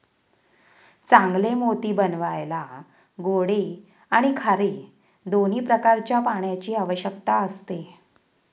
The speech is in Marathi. चांगले मोती बनवायला गोडे आणि खारे दोन्ही प्रकारच्या पाण्याची आवश्यकता असते